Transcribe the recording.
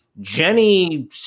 jenny